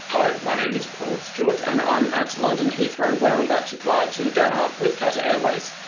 hello, my name is paul stewart and i'm at london heathrow where i'm about to fly to doha with qatar airways.